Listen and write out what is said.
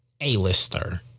A-lister